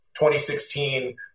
2016